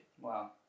Wow